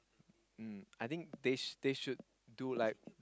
um I think they sh~ they should do like